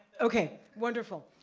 okay, wonderful,